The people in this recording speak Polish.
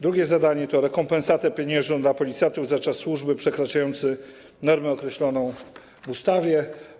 Drugie zadanie to rekompensata pieniężna dla policjantów za czas służby przekraczający normę określoną w ustawie.